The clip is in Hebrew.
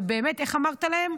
ובאמת, איך אמרת להם,